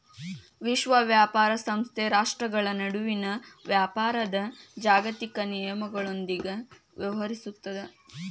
ವಿಶ್ವ ವ್ಯಾಪಾರ ಸಂಸ್ಥೆ ರಾಷ್ಟ್ರ್ಗಳ ನಡುವಿನ ವ್ಯಾಪಾರದ್ ಜಾಗತಿಕ ನಿಯಮಗಳೊಂದಿಗ ವ್ಯವಹರಿಸುತ್ತದ